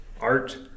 art